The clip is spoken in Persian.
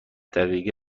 دقیقه